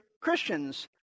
Christians